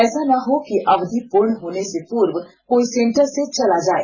ऐसा ना हो कि अवधि पूर्ण होने से पूर्व कोई सेंटर से चला जाए